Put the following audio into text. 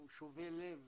הוא שובה לב,